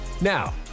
Now